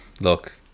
Look